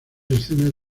escenas